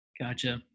Gotcha